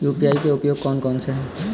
UPI के उपयोग कौन कौन से हैं?